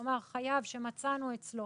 כלומר, חייב שמצאנו אצלו